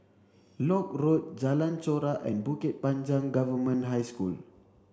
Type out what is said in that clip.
Lock Road Jalan Chorak and Bukit Panjang Government High School